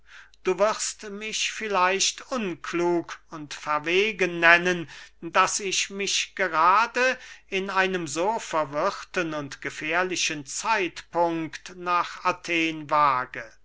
du wirst mich vielleicht unklug und verwegen nennen daß ich mich gerade in einem so verwirrten und gefährlichen zeitpunkt nach athen wage